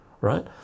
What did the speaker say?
right